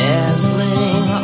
Dazzling